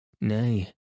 Nay